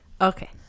Okay